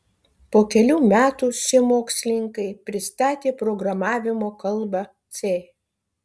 po kelių metų šie mokslininkai pristatė programavimo kalbą c